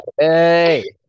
Hey